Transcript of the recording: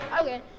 Okay